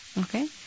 Okay